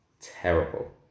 terrible